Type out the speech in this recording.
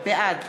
בעד